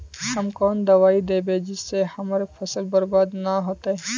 हम कौन दबाइ दैबे जिससे हमर फसल बर्बाद न होते?